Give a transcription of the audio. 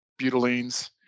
butylenes